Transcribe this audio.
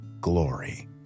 glory